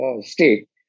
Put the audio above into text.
state